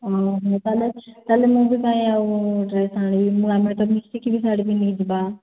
ଓହୋ ତା'ହେଲେ ତା'ହେଲେ ମୁଁ ବି କାହିଁକି ଆଉ ଡ୍ରେସ୍ ଆଣିବି ଆମେ ତ ମିଶିକରି ଶାଢ଼ୀ ପିନ୍ଧିକି ଯିବା